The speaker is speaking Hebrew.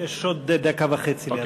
יש עוד דקה וחצי לאדוני.